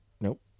Nope